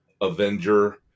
Avenger